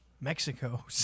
Mexico